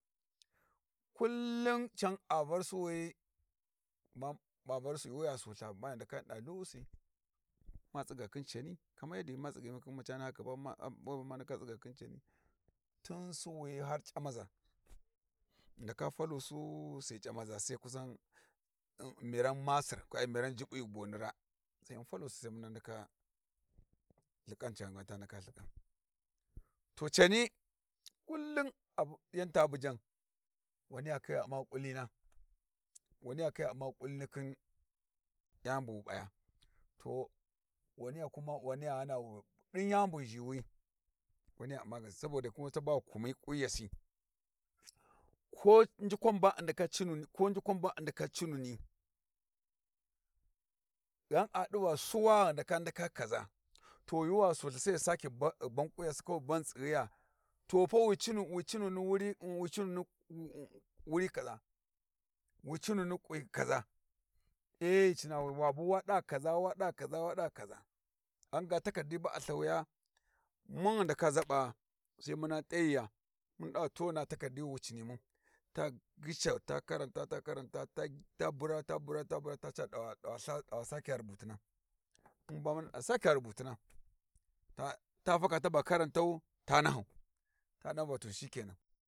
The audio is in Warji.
Kullum can a var suwuyi ma ma var yuuwi gha sultha ma ndaka ma ɗa lhuwusi ma tsiga khin cani kamar yaddi ma tsighimu khin macana haka we ba ma tsiga khin cani tin suwuyi har c'amaza ghi ndaka falusu sai c'amaza sai kusan miran masir ai miran juɓɓ boni raa sai muna falusi mun ndaka lthiƙan can gwan tu ndaka lthiƙan. To cani kullum yan ta bujjan, waniya khiya u'ma kullina wani ya yakhiya u'ma kullini khin yani bu wu p'aya. To waniya kuma wani ya ghana bu ɗin yani bu ghi zhiwi, waniya u'ma saboda khin we ba ghi kummi kunyasi ko njukwan ba a ndaka cinuni, ko njukwa ba a ndaka cinu ni gha di va suwa ghi ndaka ndaka kaza. To yuuwi gha sulthi sai ghi saki ghu ban kuyasi kawai ghu ban ghi tsighiya to pa wi cinu cinu ni wi cinu ni wuri wi cinu ni wuri kaza eh ghi cinawi wa bu wa ɗa kaza wada kaza wa da kaza. Ghan ga takardi ba a lthawuya mum ghi ndaka zabaa sai muna t'ayiya to na takardi wi wu cini mun ta ghishan ta karanta ta bura ta bura ta bura ta ca ta da dawa dawa sakya rubutina, mun bamun da sakya rubutinata ta faka taba karantau ta nahau ta dan va to shike nan.